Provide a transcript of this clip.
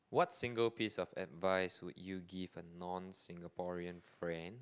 what single piece of advice would you give a non Singaporean friend